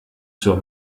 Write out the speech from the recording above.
zur